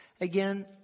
Again